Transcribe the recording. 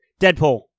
Deadpool